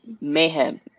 mayhem